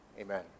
Amen